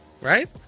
Right